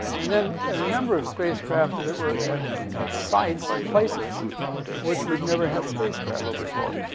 and then there are a number of spacecraft that were at at sites and places which we'd never had spacecraft before.